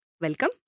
Welcome